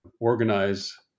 organize